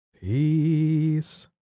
Peace